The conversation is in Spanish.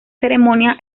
ceremonia